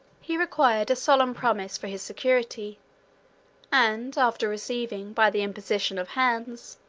he required a solemn promise for his security and after receiving, by the imposition of hands,